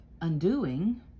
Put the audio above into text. undoing